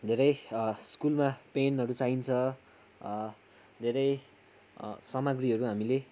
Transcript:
धेरै स्कुलमा पेनहरू चाहिन्छ धेरै सामग्रीहरू हामीले